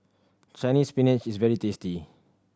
Chinese Spinach is very tasty